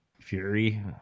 Fury